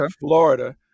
Florida